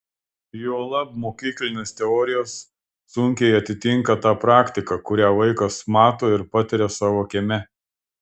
juolab mokyklinės teorijos sunkiai atitinka tą praktiką kurią vaikas mato ir patiria savo kieme